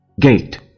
Gate